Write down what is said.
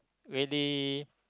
really